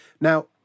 Now